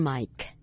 Mike